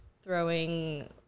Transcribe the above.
throwing